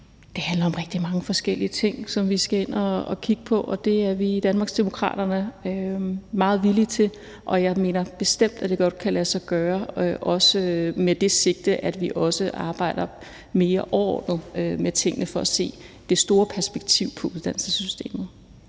det handler om rigtig mange forskellige ting, som vi skal ind at kigge på, og det er vi i Danmarksdemokraterne meget villige til. Og jeg mener bestemt, at det godt kan lade sig gøre, også med det sigte, at vi arbejder mere overordnet med tingene ved at se uddannelsessystemet